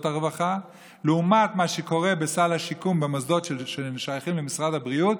הרווחה למה שקורה בסל השיקום במוסדות ששייכים למשרד הבריאות,